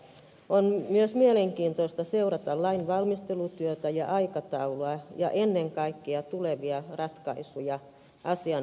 on myös mielenkiintoista seurata lain valmistelutyötä ja aikataulua ja ennen kaikkea tulevia ratkaisuja asian rahoittamiseksi